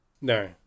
No